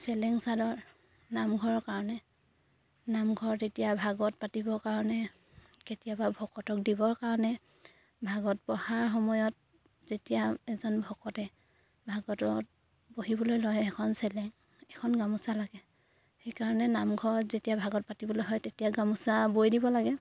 চেলেং চালৰ নামঘৰৰ কাৰণে নামঘৰত এতিয়া ভাগত পাতিবৰ কাৰণে কেতিয়াবা ভকতক দিবৰ কাৰণে ভাগত পঢ়াৰ সময়ত যেতিয়া এজন ভকতে ভাগত বহিবলৈ লয় এখন চেলেং এখন গামোচা লাগে সেইকাৰণে নামঘৰত যেতিয়া ভাগত পাতিবলৈ হয় তেতিয়া গামোচা বৈ দিব লাগে